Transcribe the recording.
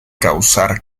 causar